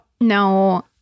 No